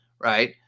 Right